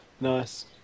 Nice